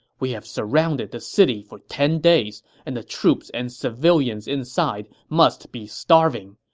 we have surrounded the city for ten days, and the troops and civilians inside must be starving.